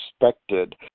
expected